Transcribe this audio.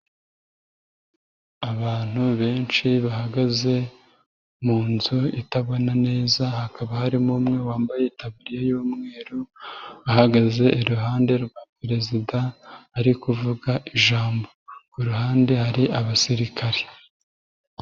Abantu benshi bahagaze mu nzu itabona neza, hakaba harimo umwe wambaye itaburiya y'umweru ahagaze iruhande rwa perezida ari kuvuga ijambo. Ku ruhande hari abasirikare.